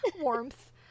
warmth